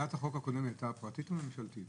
הצעת החוק הקודמת הייתה פרטית או ממשלתית?